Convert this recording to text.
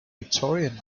victorian